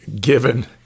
Given